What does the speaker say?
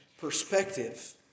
perspective